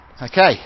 Okay